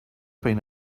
been